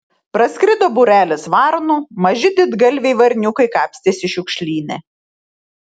praskrido būrelis varnų maži didgalviai varniukai kapstėsi šiukšlyne